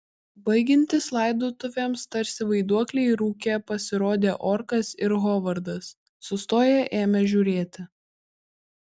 baigiantis laidotuvėms tarsi vaiduokliai rūke pasirodė orkas ir hovardas sustoję ėmė žiūrėti